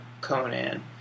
Conan